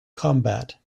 combat